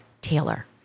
Taylor